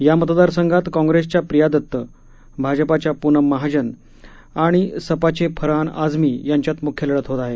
या मतदारसंघात काँप्रेसच्या प्रिया दत्त भाजपाच्या पूनम महाजन आणि सपाचे फरहान आझमी यांच्यात मुख्य लढत होत आहे